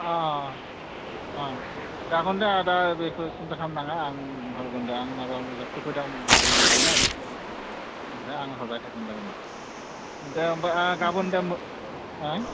अ अ जागोन दे आदा बेखो सिन्था खाम नाङा आं होगोन दे आं माबा मोनसे खैफोदाव गोग्लैदोना बेखौ दा आं हरबाय थागोन दे उनाव दे होमब्ला गाबोन थांगोन हा